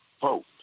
vote